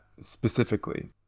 specifically